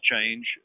change